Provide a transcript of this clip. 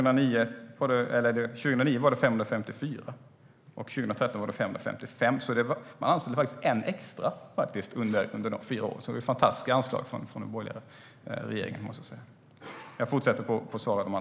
År 2009 fanns 554 anställda, och 2013 fanns 555. Man anställde faktiskt en extra under de fyra åren. Det var fantastiska anslag från den borgerliga regeringen!